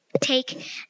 take